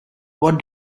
what